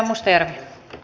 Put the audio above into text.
arvoisa puhemies